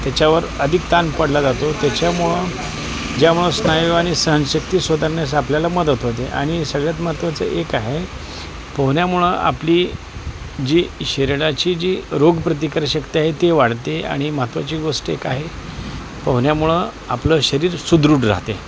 त्याच्यावर अधिक ताण पडला जातो त्याच्यामुळं ज्यामुळं स्नायू आणि सहनशक्ती सुधारण्यास आपल्याला मदत होते आणि सगळ्यात महत्त्वाचं एक आहे पोहण्यामुळं आपली जी शरीराची जी रोगप्रतिकारशक्ती आहे ती वाढते आणि महत्त्वाची गोष्ट एक आहे पोहण्यामुळं आपलं शरीर सुदृढ राहते